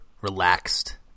relaxed